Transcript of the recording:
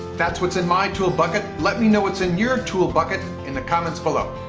that's what's in my tool bucket. let me know what's in your tool bucket in the comments below.